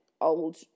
old